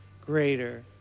greater